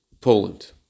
Poland